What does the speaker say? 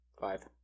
Five